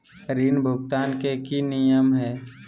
ऋण भुगतान के की की नियम है?